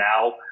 now